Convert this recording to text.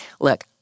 look